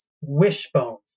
wishbones